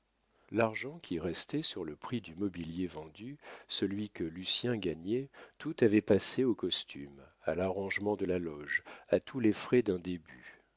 l'argent qui restait sur le prix du mobilier vendu celui que lucien gagnait tout avait passé aux costumes à l'arrangement de la loge à tous les frais d'un début